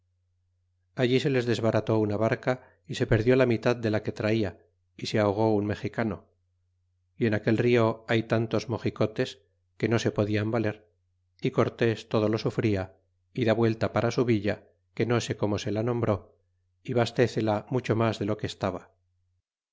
allí se les desbarató una barca y se perdió la mitad de la que traia y se ahogó un mexicano y en aquel rio hay tantos naoxicotes que no se podian valer y cortes todo lo sufija y da vuelta para su villa que no se como se la nombré y bastecela mucho mas de lo que estaba